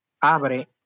abre